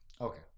okay